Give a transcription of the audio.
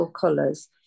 colours